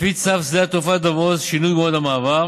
לפי צו שדה התעופה דב הוז (שינוי מועד המעבר)